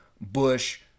Bush